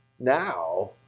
now